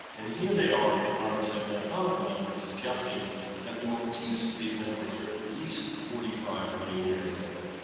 and here they are in mombasa anatomical network, suggesting that the motifs of these networks are at least forty five million years old.